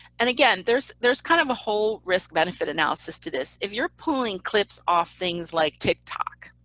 and, again, there's there's kind of a whole risk-benefit analysis to this. if you're pulling clips off things like tiktok,